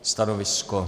Stanovisko?